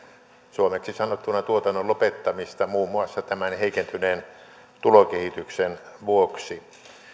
suomeksi sanottuna tuotannon lopettamista muun muassa tämän heikentyneen tulokehityksen vuoksi